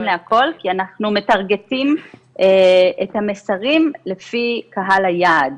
לכול כי אנחנו מטרגטים את המסרים לפי קהל היעד.